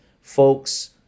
folks